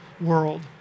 world